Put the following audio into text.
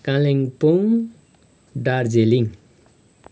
Kalimpong Darjeeling